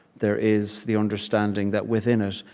there is the understanding that within it,